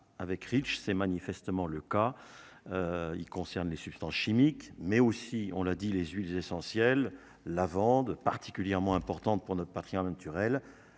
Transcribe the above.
avec Reach, c'est manifestement le cas, il concerne les substances chimiques mais aussi, on l'a dit, les huiles essentielles : la vendent particulièrement importante pour notre patrie en naturel,